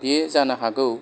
बे जानो हागौ